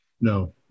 No